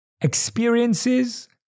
Experiences